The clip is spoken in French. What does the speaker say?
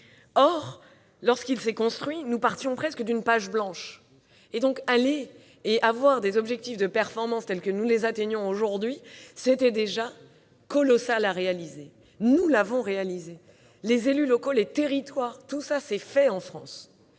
Or, lorsqu'il s'est construit, nous partions presque d'une page blanche. Avoir des objectifs de performance tels que nous les atteignons aujourd'hui était déjà colossal à réaliser. Eh bien, nous l'avons réalisé, avec les élus locaux et les territoires. Nous l'avons fait en France.